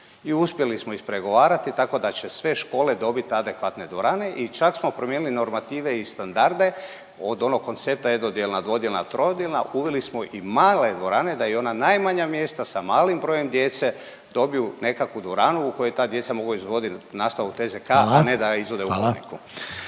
i uspjeli smo ispregovarati, tako da će sve škole dobiti adekvatne dvorane i čak smo promijenili normative i standarde, od onog koncepta jednodijelna, dvodijelna, trodijelna, uveli smo i male dvorane da i ona najmanja mjesta sa malim brojem djece dobiju nekakvu dvoranu u kojoj ta djeca mogu izvoditi nastavu TZK, … .../Upadica: